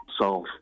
solve